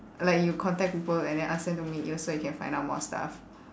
like you contact people and then ask them to meet you so you can find out more stuff